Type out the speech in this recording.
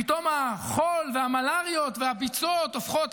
פתאום החול והמלריות והביצות הופכים